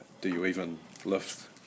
do-you-even-lift